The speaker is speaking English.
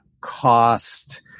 cost